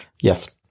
Yes